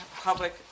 public